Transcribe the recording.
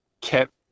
kept